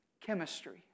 chemistry